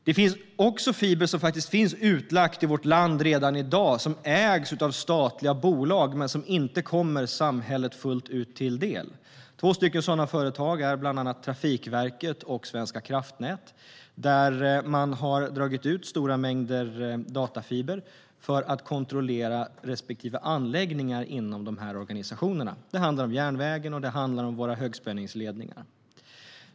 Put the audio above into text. Det finns också fiber utlagt i vårt land som ägs av statliga bolag men som inte kommer samhället till del fullt ut. Två sådana bolag är Trafikverket och Svenska kraftnät. Man har lagt ut stora mängder datafiber för att kontrollera anläggningarna inom dessa organisationer. Det handlar om järnväg och högspänningsledningar.